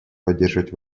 поддерживать